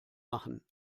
machen